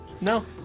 No